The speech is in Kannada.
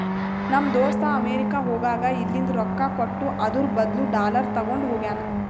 ನಮ್ ದೋಸ್ತ ಅಮೆರಿಕಾ ಹೋಗಾಗ್ ಇಲ್ಲಿಂದ್ ರೊಕ್ಕಾ ಕೊಟ್ಟು ಅದುರ್ ಬದ್ಲು ಡಾಲರ್ ತಗೊಂಡ್ ಹೋಗ್ಯಾನ್